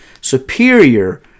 superior